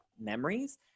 memories